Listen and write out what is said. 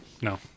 no